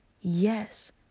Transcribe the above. Yes